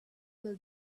will